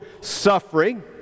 suffering